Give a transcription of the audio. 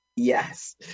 Yes